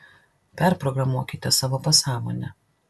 perprogramuokite savo pasąmonę